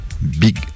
Big